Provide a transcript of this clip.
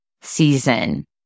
season